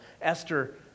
Esther